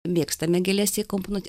mėgstame gėles įkomponuoti